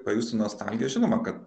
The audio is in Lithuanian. pajustų nostalgiją žinoma kad